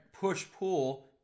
push-pull